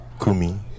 Kumi